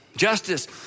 Justice